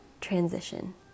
transition